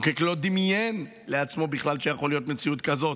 המחוקק לא דמיין לעצמו בכלל שיכולה להיות מציאות כזאת.